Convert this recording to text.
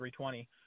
320